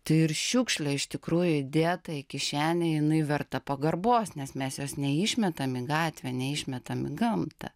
tai ir šiukšlė iš tikrųjų įdėta į kišenę jinai verta pagarbos nes mes jos neišmetam į gatvę neišmetam į gamtą